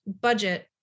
budget